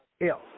else